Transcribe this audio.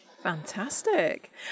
Fantastic